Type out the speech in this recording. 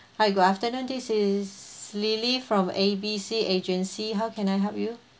hi good afternoon this is lily from A B C agency how can I help you